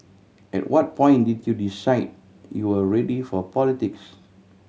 at what point did you decide you were ready for politics